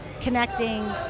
connecting